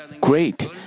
great